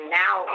now